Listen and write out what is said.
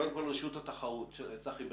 צחי ברקוביץ,